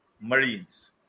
Marines